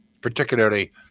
particularly